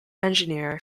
engineer